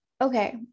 okay